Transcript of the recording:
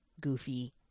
goofy